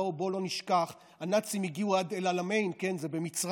בואו לא נשכח: הנאצים הגיעו עד אל-עלמיין במצרים,